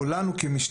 או לנו כמשטרה,